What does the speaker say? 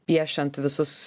piešiant visus